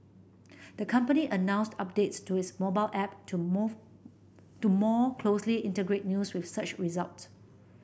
the company announced updates to its mobile app to more more closely integrate news with search results